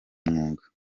umwuga